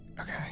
Okay